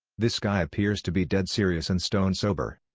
this guy appears to be dead serious and stone sober.